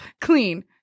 clean